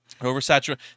Oversaturated